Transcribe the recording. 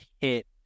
hit